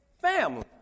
family